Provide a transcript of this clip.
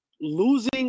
Losing